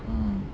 mm